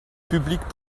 public